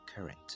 current